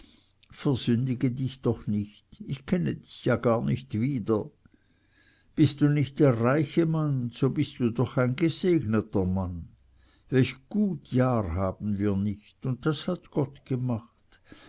versündige dich doch nicht ich kenne dich ja gar nicht wieder bist du nicht der reiche mann so bist du doch ein gesegneter mann welch gut jahr haben wir nicht und das hat gott gemacht